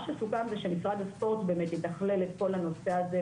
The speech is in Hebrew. מה שסוכם זה שמשרד הספורט יתכלל את כל הנושא הזה,